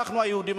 אנחנו היהודים,